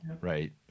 right